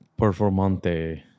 Performante